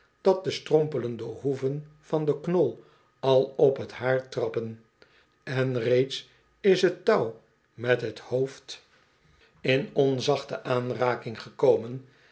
dat de strompelende hoeven van den knol al op t haar trappen en reeds is het touw met het hoofd in onzachte